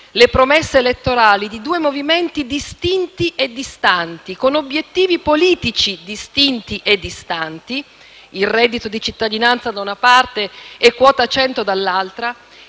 le promesse elettorali di due movimenti distinti e distanti, con obiettivi politici distinti e distanti - il reddito di cittadinanza da una parte e quota 100 dall'altra